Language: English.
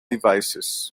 devices